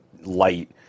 light